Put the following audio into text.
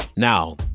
Now